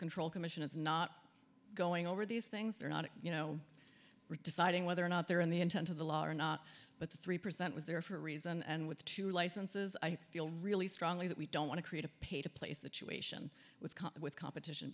control commission is not going over these things they're not you know we're deciding whether or not they're in the intent of the law or not but the three percent was there for a reason and with two licenses i feel really strongly that we don't want to create a paid to play situation with with competition